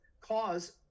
cause